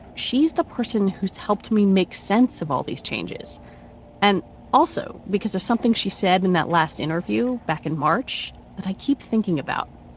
she's the person who's helped me make sense of all these changes and also because of something she said in that last interview back in march that i keep thinking about.